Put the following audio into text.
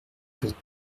porte